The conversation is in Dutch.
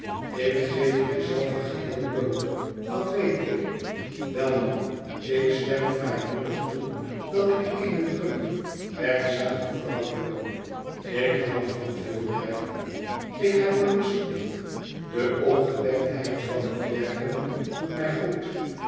ik geef mij zelve geheel bloot dat weet ik welnu ik stem vrijmoedig toe dat ik eene drukke werkzame vrouw ben ik houd van veel werken ik heb er lust in de opgewektheid van het werken doet mij goed